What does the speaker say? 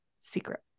Secret